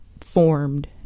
formed